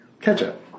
ketchup